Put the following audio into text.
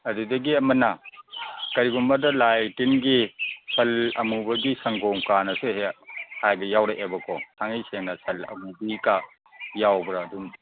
ꯑꯗꯨꯗꯒꯤ ꯑꯃꯅ ꯀꯔꯤꯒꯨꯝꯕꯗ ꯂꯥꯏ ꯇꯤꯟꯒꯤ ꯁꯜ ꯑꯃꯨꯕꯒꯤ ꯁꯪꯒꯣꯝ ꯀꯥꯏꯅꯁꯨ ꯍꯦꯛ ꯍꯥꯏꯕ ꯌꯥꯎꯔꯛꯑꯦꯕꯀꯣ ꯊꯥꯡꯉꯩ ꯁꯦꯡꯅ ꯁꯜ ꯑꯃꯨꯕꯤꯒ ꯌꯥꯎꯕ꯭ꯔꯥ ꯑꯗꯨ